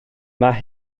mae